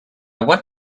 want